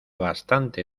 bastante